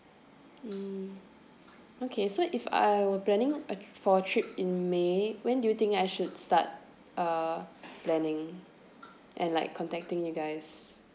mm okay so if I were planning a for trip in may when do you think I should start uh planning and like contacting you guys